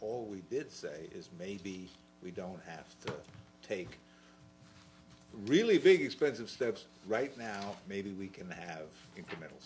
all we did say is maybe we don't have to take really big expensive steps right now maybe we can have incremental